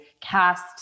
cast